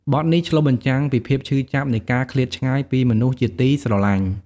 បទនេះឆ្លុះបញ្ចាំងពីភាពឈឺចាប់នៃការឃ្លាតឆ្ងាយពីមនុស្សជាទីស្រឡាញ់។